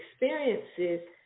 experiences